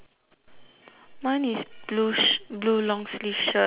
mine is blue s~ blue long sleeve shirt